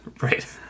Right